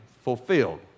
fulfilled